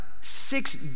six